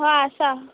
हय आसा